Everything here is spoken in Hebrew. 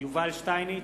יובל שטייניץ,